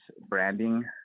branding